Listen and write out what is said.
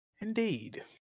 Indeed